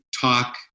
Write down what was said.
talk